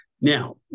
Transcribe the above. Now